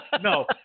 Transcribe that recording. no